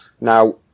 Now